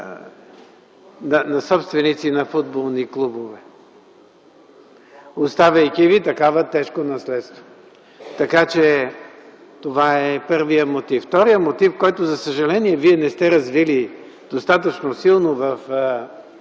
на собственици на футболни клубове, оставяйки Ви тежко наследство. Това е първият мотив. Вторият мотив, който за съжаление Вие не сте развили достатъчно силно в